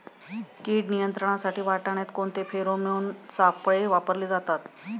कीड नियंत्रणासाठी वाटाण्यात कोणते फेरोमोन सापळे वापरले जातात?